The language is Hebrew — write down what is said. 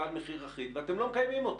על מחיר אחיד אבל אתם לא מקיימים אותה.